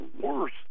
worse